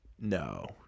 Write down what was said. No